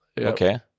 Okay